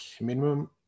minimum